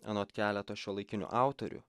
anot keleto šiuolaikinių autorių